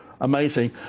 amazing